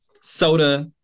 soda